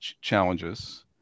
challenges